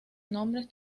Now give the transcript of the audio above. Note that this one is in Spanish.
nombres